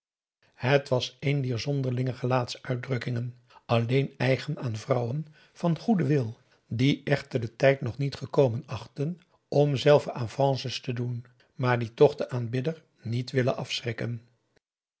het was een dier zonderlinge gelaatsuitdrukkingen alleen eigen aan vrouwen van goeden wil die echter den tijd nog niet gekomen achten om zelve avances te doen maar die toch den aanbidder niet willen afschrikken